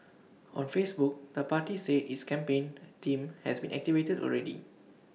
on Facebook the party said its campaign team has been activated already